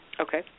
Okay